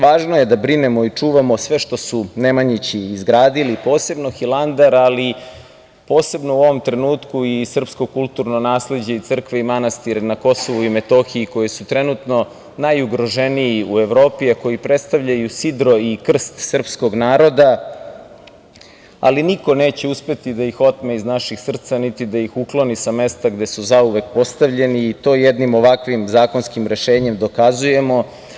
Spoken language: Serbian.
Važno je da brinemo i čuvamo sve što su Nemanjići izgradili, posebno Hilandar, ali posebno u ovom trenutku i srpsko kulturno nasleđe i crkve i manastire na KiM, koji su trenutno najugroženiji u Evropi, a koji predstavljaju sidro i krst Srpskog naroda, ali niko neće uspeti da ih otme iz naših srca, niti da ih ukloni sa mesta gde su zauvek postavljeni i to je jednim ovakvim zakonskim rešenjem dokazujemo.